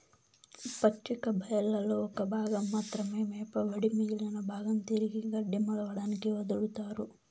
పచ్చిక బయళ్లలో ఒక భాగం మాత్రమే మేపబడి మిగిలిన భాగం తిరిగి గడ్డి మొలవడానికి వదులుతారు